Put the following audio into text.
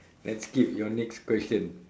let's skip your next question